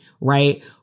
right